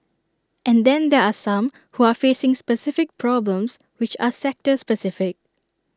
and then there are some who are facing specific problems which are sector specific